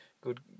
good